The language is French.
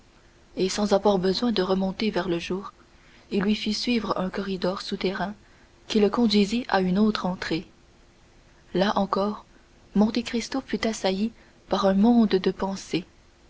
et sans avoir besoin de remonter vers le jour il lui fit suivre un corridor souterrain qui le conduisit à une autre entrée là encore monte cristo fut assailli par un monde de pensées